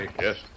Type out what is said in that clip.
Yes